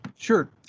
Sure